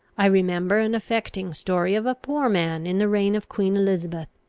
i remember an affecting story of a poor man in the reign of queen elizabeth,